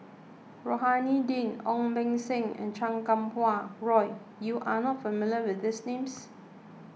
Rohani Din Ong Beng Seng and Chan Kum Wah Roy you are not familiar with these names